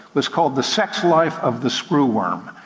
was called the sex life of the screw worm.